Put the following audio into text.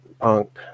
punk